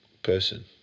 person